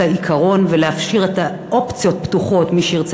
העיקרון ולהשאיר את האופציות פתוחות: מי שירצה,